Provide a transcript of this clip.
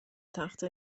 تخته